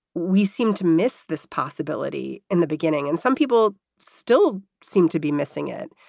we seem to miss this possibility in the beginning. and some people still seem to be missing it.